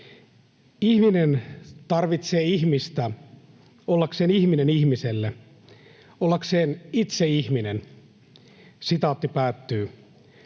”Ihminen tarvitsee ihmistä ollakseen ihminen ihmiselle, ollakseen itse ihminen.” Tommy